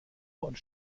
und